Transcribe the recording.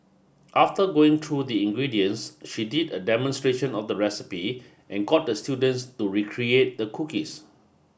after going true the ingredients she did a demonstration of the recipe and got the students to recreate the cookies